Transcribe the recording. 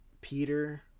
Peter